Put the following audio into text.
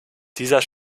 dieser